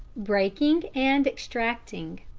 breaking and extracting.